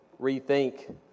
rethink